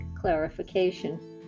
clarification